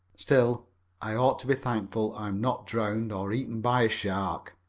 still i ought to be thankful i'm not drowned or eaten by a shark.